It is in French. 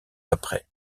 après